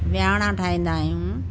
विहाणा ठाहींदा आहियूं